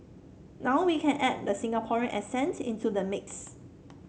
now we can add the Singaporean accent into the mix